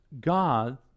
God